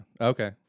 Okay